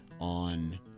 on